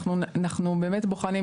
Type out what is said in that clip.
אנחנו בוחנים.